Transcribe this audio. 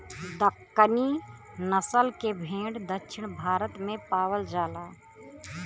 दक्कनी नसल के भेड़ दक्षिण भारत में पावल जाला